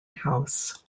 house